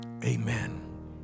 Amen